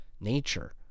nature